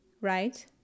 right